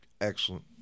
excellent